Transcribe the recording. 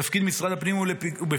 תפקיד משרד הפנים הוא בפיקוד,